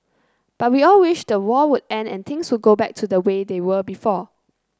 but we all wished the war would end and things would go back to the way they were before